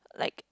like